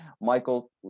Michael